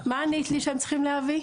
מה ענית לי שהם צריכים להביא?